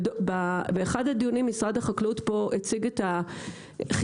באחד הדיונים משרד החקלאות פה הציג את החיסכון